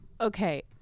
Okay